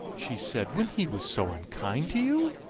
she said, when he was so unkind to you?